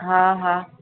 हा हा